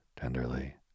tenderly